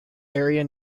area